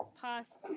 Pass